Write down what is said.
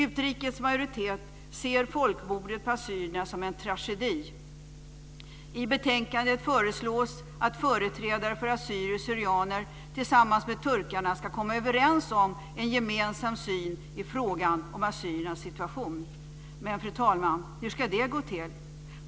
Utrikesutskottets majoritet ser folkmordet på assyrierna som en tragedi. I betänkandet föreslås att företrädare för assyrier/syrianer tillsammans med turkarna ska komma överens om en gemensam syn på frågan om assyriernas situation. Men, fru talman, hur ska det gå till?